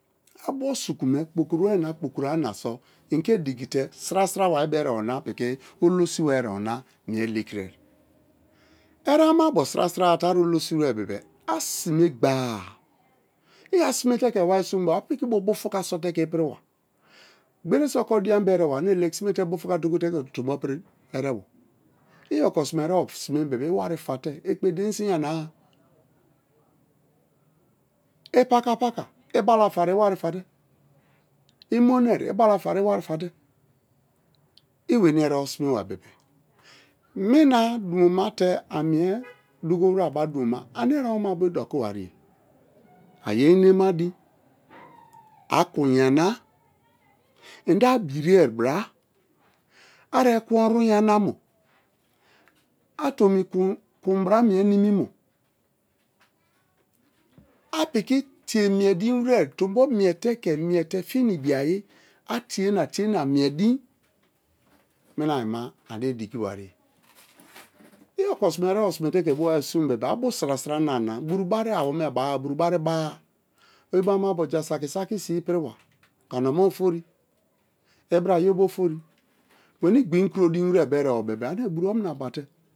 Abo̱ su̱ku̱me̱ kpo̱ko̱ro̱we̱re̱ na kpoko-a na so̱ i̱nke̱ di̱ki̱ te̱ si̱ra-si̱ra we̱ erebo na olosiba mie le̱kire. Erebo amabo sira-sira a te ari oloisiwere bebe-e assimegba-a iyasimete ke̱ warisu me a piki bo bufukasot ke ipiriba gbereso koridiya bo erebo ane legisime bufuka dokiteke tombo piri erebo. I okonsime erebo sime bebe-e iwari fa̱te̱ ekpedien so̱ iyana-a. Ipaka-paka ibalafaị iwari fate, imonoi ibalafai iwari fate. I weni erebo sime bari bebe-e mina dumo ma te amie dugowere bo dumoma ane erebo amabo idoki wariye. Aye̱ inemadin, a kun yana, inde abiria bira, a̱ ekwen-oru yana mo, a tomi kun bara mie nimimo a̱ piki tie mie dinwere tombo mie te̱ ke mie̱ te fi̱ na ibi-ayi atie na tie na mi̱e di̱n. Mina-ayima ane i dikiwariye i̱ okosime erebo sịme wari sunwere bebe-e abu sara-sara na arina buru bari awome ba-a, buru bari iba-a. Oyibo ama-abo jasaki saki si̱ ipiriba, koruna ofori ibira ye̱ bari̱ ofori we̱ni̱ gbin kuro din were bo erebo be̱-e ane buro ona bate̱.